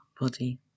body